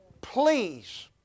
Please